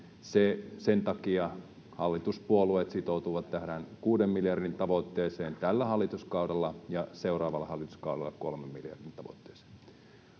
Sen takia hallituspuolueet sitoutuivat tähän kuuden miljardin tavoitteeseen tällä hallituskaudella ja seuraavalla hallituskaudella kolmen miljardin tavoitteeseen.